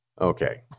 Okay